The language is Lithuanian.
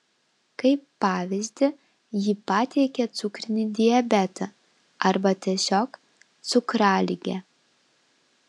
kaip pavyzdį ji pateikia cukrinį diabetą arba tiesiog cukraligę